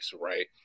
right